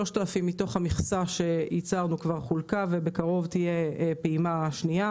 3,000 מתוך המכסה שייצרנו כבר חולקו ובקרוב תהיה פעימה שנייה.